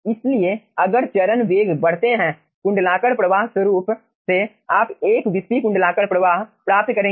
इसलिए अगर चरण वेग बढ़ाते हैं कुंडलाकार प्रवाह स्वरूप से आप 1 विस्पी कुंडलाकार प्रवाह प्राप्त करेंगे